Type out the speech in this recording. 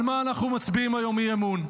על מה אנחנו מצביעים היום אי-אמון?